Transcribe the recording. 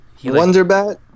Wonderbat